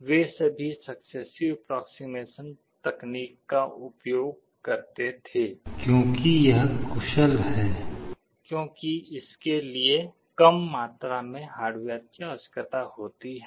वे सभी successive approximation तकनीक का प्रयोग करते थे क्योंकि यह कुशल है क्योंकि इसके लिए कम मात्रा में हार्डवेयर की आवश्यकता होती है